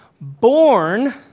born